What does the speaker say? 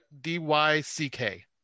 D-Y-C-K